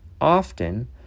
Often